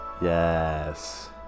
Yes